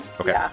Okay